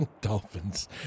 Dolphins